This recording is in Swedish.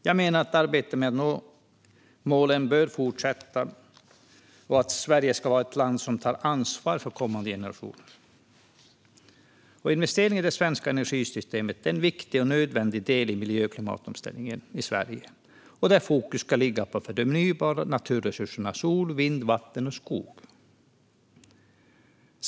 Jag menar att arbetet med att nå målen bör fortsätta och att Sverige ska vara ett land som tar ansvar för kommande generationer. Investeringar i det svenska energisystemet är en viktig och nödvändig del i miljö och klimatomställningen i Sverige, där fokus ska ligga på de förnybara naturresurserna: sol, vind, vatten och skog.